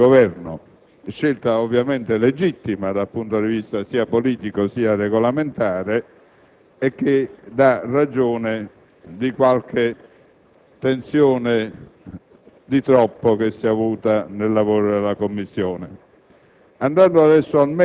della maggioranza e del Governo. Scelta, questa, ovviamente legittima, dal punto di vista sia politico sia regolamentare, e che dà ragione di qualche tensione di troppo verificatasi nei lavori della Commissione.